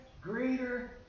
greater